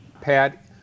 Pat